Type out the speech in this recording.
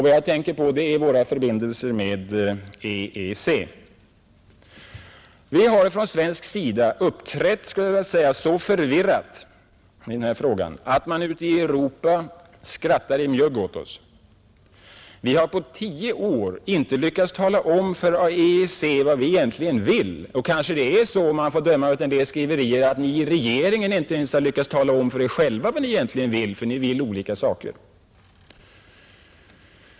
Vad jag tänker på är våra förbindelser med EEC. Vi har från svensk sida uppträtt så förvirrat i den frågan, att man ute i Europa skrattar i mjugg åt oss. Vi har på tio år inte lyckats tala om för EEC vad vi egentligen vill — och kanske är det så, om man får döma av en del skriverier, att ni i regeringen inte ens har lyckats tala om för er själva vad ni egentligen vill därför att ni vill olika saker.